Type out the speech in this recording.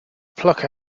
pluck